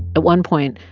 at one point,